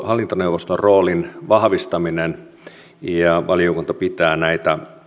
hallintoneuvoston roolin vahvistaminen valiokunta pitää näitä